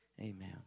Amen